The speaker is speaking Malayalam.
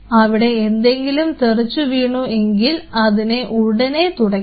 അവിടെ എന്തെങ്കിലും തെറിച്ചുവീണു എങ്കിൽ അതിനെ ഉടനെ തുടയ്ക്കണം